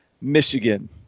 Michigan